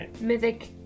mythic